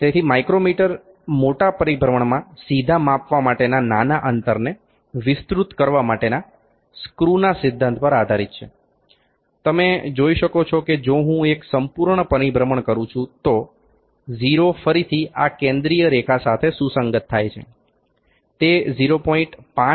તેથી માઇક્રોમીટર મોટા પરિભ્રમણમાં સીધા માપવા માટેના નાના અંતરને વિસ્તૃત કરવા માટેના સ્ક્રુના સિદ્ધાંત પર આધારિત છે તમે જોઈ શકો છો કે જો હું એક સંપૂર્ણ પરિભ્રમણ કરું છું તો 0 ફરીથી આ કેન્દ્રીય રેખા સાથે સુસંગત થાય છે તે 0